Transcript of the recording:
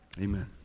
Amen